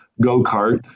go-kart